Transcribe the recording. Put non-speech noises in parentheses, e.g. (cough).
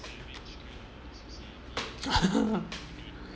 (laughs)